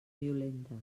violentes